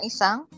Isang